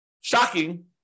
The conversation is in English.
shocking